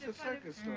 circus